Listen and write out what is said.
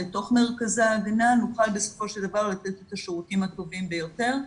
לתוך מרכזי ההגנה נוכל בסופו של דבר לתת את השירותים הטובים ביותר,